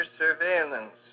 surveillance